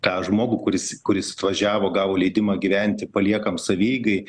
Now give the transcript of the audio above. tą žmogų kuris kuris atvažiavo gavo leidimą gyventi paliekam savieigai